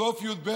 סוף י"ב,